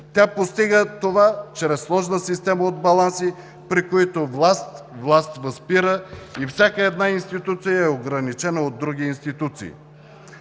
Тя постига това чрез сложна система от баланси, при които власт власт възпира и всяка една институция е ограничена от други институции.